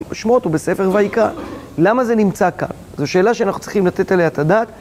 בשמות ובספר ויקרא, למה זה נמצא כאן? זו שאלה שאנחנו צריכים לתת עליה את הדעת.